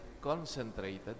concentrated